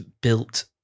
built